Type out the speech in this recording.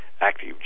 active